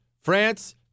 France